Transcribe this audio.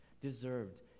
deserved